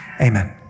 amen